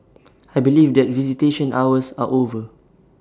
I believe that visitation hours are over